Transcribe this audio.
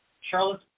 Charlotte